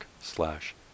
slash